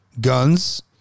guns